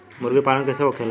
मुर्गी पालन कैसे होखेला?